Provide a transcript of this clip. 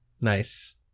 Nice